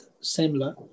similar